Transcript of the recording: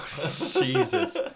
Jesus